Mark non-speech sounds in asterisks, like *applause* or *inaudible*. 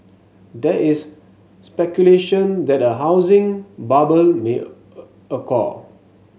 there is speculation that a housing bubble may *hesitation* occur